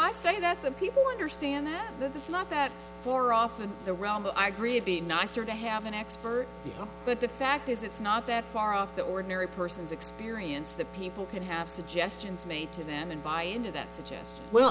i say that the people understand that it's not that or off in the realm of i agree be nicer to have an expert but the fact is it's not that far off the ordinary person's experience that people can have suggestions made to them and buy into that suggest well